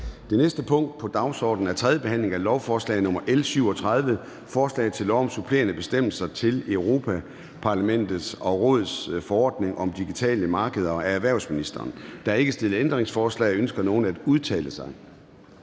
Det næste punkt på dagsordenen er: 2) 3. behandling af lovforslag nr. L 37: Forslag til lov om supplerende bestemmelser til Europa-Parlamentets og Rådets forordning om digitale markeder. Af erhvervsministeren (Morten Bødskov). (Fremsættelse